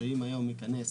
שאם היום ניכנס